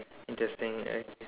interesting